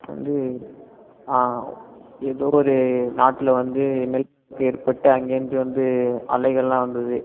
வந்து ஏதோ ஒரு நாட்டில் வந்து நிலநடுக்கம் ஏற்பட்டு அங்கேருந்து வந்து அலைகளெலாம் வந்தது